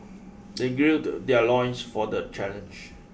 they gird their loins for the challenge